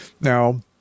Now